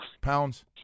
pounds